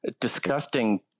disgusting